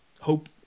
hope